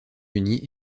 unis